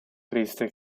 triste